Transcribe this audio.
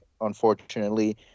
Unfortunately